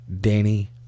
Danny